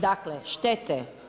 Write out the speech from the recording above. Dakle štete.